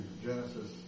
Genesis